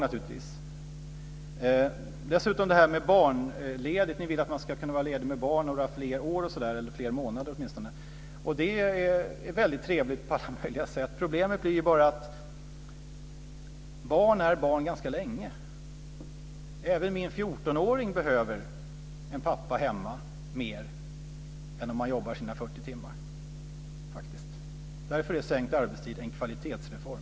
Dessutom vill jag säga något om det här med barnledighet. Ni vill att man ska kunna vara ledig med barn några fler år, eller åtminstone månader. Det är väldigt trevligt på alla möjliga sätt. Problemet är bara att barn är barn ganska länge. Även min 14-åring behöver pappa hemma mer än om man jobbar sina 40 timmar. Därför är sänkt arbetstid en kvalitetsreform.